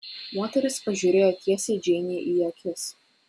moteris pažiūrėjo tiesiai džeinei į akis